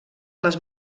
les